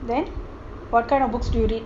then what kind of books do you read